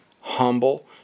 humble